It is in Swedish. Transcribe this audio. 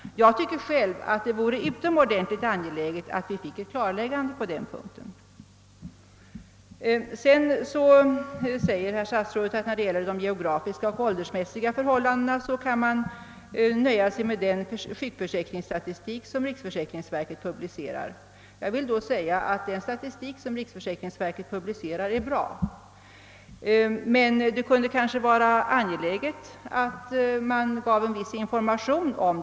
Jag tycker själv att det vore angeläget att få ett klarläggande på den punkten. Sedan säger herr statsrådet att vad gäller de geografiska och åldersmässiga förhållandena kan man nöja sig med den sjukförsäkringsstatistik som riksförsäkringsverket publicerar. Jag anser att denna statistik är bra, men det kunde kanske vara angeläget att ge en viss information om den.